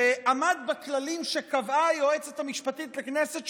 שעמד בכללים שקבעה היועצת המשפטית לכנסת,